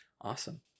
awesome